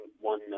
one